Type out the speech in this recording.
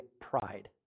pride